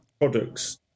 products